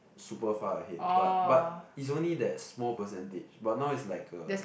super far ahead but but it's only that small percentage but now it's like a